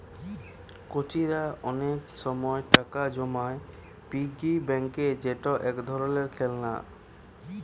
কচিরা অনেক সময় টাকা জমায় পিগি ব্যাংকে যেটা এক ধরণের খেলনা